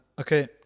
okay